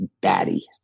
batty